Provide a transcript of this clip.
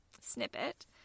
snippet